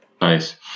Nice